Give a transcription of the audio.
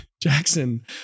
Jackson